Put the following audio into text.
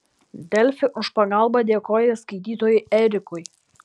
delfi už pagalbą dėkoja skaitytojui erikui